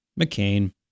McCain